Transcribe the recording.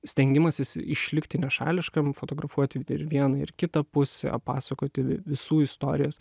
stengimasis išlikti nešališkam fotografuoti ir vieną ir kita pusę pasakoti vi visų istorijas